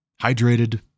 hydrated